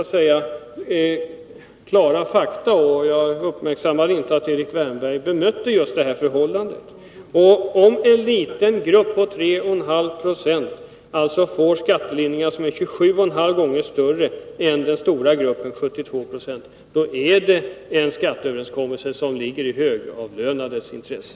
Det här är klara fakta, och jag uppmärksammade inte att Erik Wärnberg berörde just det förhållandet. Om en liten grupp på 3,5 90 får skattelind ringar som är 27,5 gånger större än den största gruppens — 72 96 — är det en skatteöverenskommelse som ligger i de högavlönades intresse.